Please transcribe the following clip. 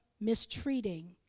mistreating